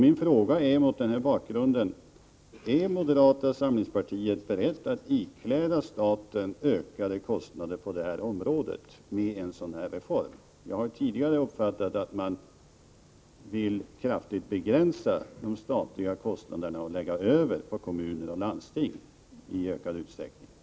Min fråga är mot den bakgrunden: Är moderata samlingspartiet berett att med en sådan reform ikläda staten ökade kostnader på det här området? Jag har tidigare uppfattat det så, att moderaterna vill kraftigt begränsa de statliga kostnaderna och i ökad utsträckning lägga över verksamheten på kommuner och landsting.